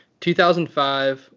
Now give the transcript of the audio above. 2005